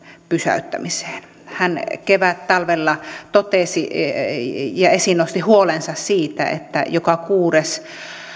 pysäyttämiseen hän kevättalvella totesi ja esiin nosti huolensa siitä että joka kuudes